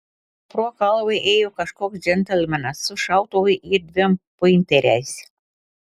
pro kalvą ėjo kažkoks džentelmenas su šautuvu ir dviem pointeriais